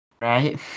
Right